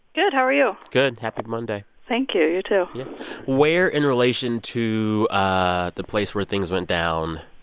good. how are you? good. happy monday thank you. you, too yeah where, in relation to ah the place where things went down,